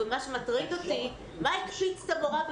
מה שמטריד אותי הוא השאלה: מה הקפיץ את המורה?